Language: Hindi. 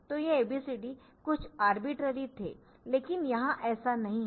तो ये ABCD कुछ आरबिटरेरी थे लेकिन यहाँ ऐसा नहीं है